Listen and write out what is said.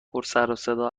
پرسروصدا